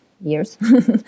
years